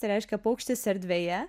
reiškia paukštis erdvėje